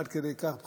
עד כדי כך בכירים,